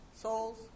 souls